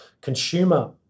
consumer